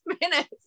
minutes